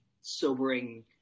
sobering